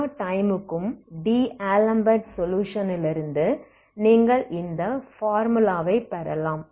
எல்லா டைம் க்கும் D'Alembert சொலுயுஷனிலிருந்து நீங்கள் இந்த பார்முலா வை பெறலாம்